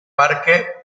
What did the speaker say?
parque